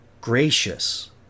gracious